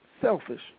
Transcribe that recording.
selfish